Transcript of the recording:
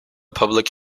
public